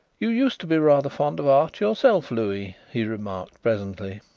you used to be rather fond of art yourself, louis, he remarked presently.